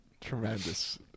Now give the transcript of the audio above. Tremendous